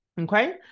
Okay